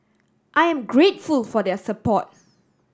I am grateful for their support